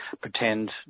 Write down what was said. pretend